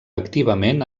activament